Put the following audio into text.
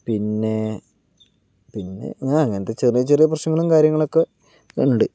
പിന്നെ പിന്നെ അങ്ങനത്തെ ചെറിയ ചെറിയ പ്രശ്നങ്ങളും കാര്യങ്ങളും ഒക്കെ ഉണ്ട്